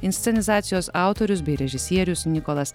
inscenizacijos autorius bei režisierius nikolas